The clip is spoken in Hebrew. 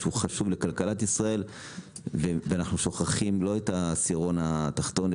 הוא חשוב לכלכלת ישראל ואנחנו שוכחים לא את העשירון התחתון,